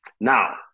Now